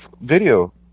video